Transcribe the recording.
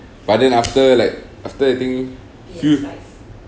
but then after like after I think few